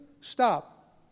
Stop